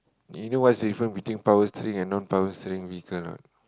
you know what is the difference between power steering and non power steering vehicle or not